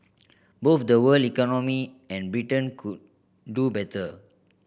both the world economy and Britain could do better